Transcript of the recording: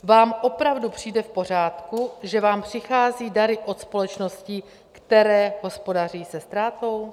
Vám opravdu přijde v pořádku, že vám přicházejí dary od společností, které hospodaří se ztrátou?